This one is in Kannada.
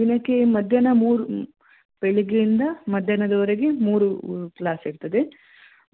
ದಿನಕ್ಕೆ ಮಧ್ಯಾಹ್ನ ಮೂರು ಬೆಳಿಗ್ಗೆಯಿಂದ ಮಧ್ಯಾಹ್ನದವರೆಗೆ ಮೂರು ಕ್ಲಾಸ್ ಇರ್ತದೆ